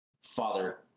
father